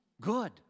Good